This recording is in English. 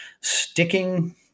sticking